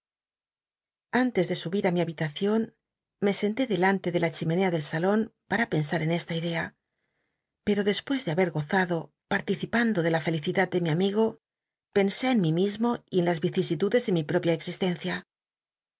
antes de subir á mi habitacion me senté delante de la chimenea del salon para pensar en esta idea pct'o dcspues de habet gozado l ntticipando de la felicidad de mi am igo pensé en mi mismo y en las yicisiludes de mi propia existencia